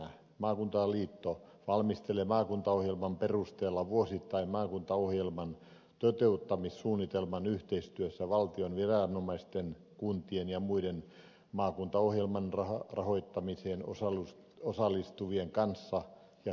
maakunnan liitto valmistelee maakuntaohjelman perusteella vuosittain maakuntaohjelman toteuttamissuunnitelman yhteistyössä valtion viranomaisten kuntien ja muiden maakuntaohjelman rahoittamiseen osallistuvien kanssa ja hyväksyy sen